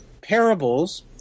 parables